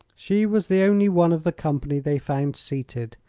she was the only one of the company they found seated.